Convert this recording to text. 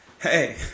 hey